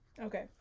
okay